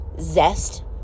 zest